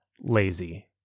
lazy